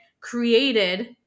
created